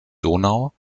donau